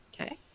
Okay